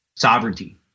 Sovereignty